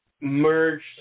merged